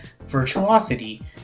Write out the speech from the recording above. Virtuosity